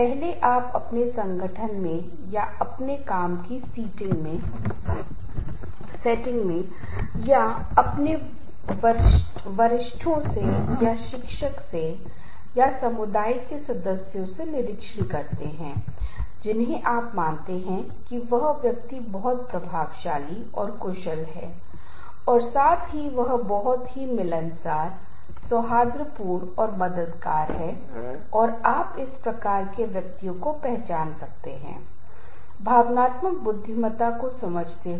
कर्मचारी संगठन छोड़ देते हैं और एक बार कर्मचारी के पास चार वित्तीय स्थितियां होंगी और अत्यधिक तनाव से प्रेरणा या आंतरिक प्रेरणा कम हो जाएगी संगठन के प्रति नकारात्मक दृष्टिकोण होंगे सिस्टम में उच्च उतार चढ़ाव की ओर और संगठन की नीतियों की ओर और यदि तनाव अधिक है तो आप ध्यान केंद्रित नहीं करेंगे उत्पाद और गुणवत्ता की समस्याएं आएंगी